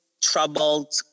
troubled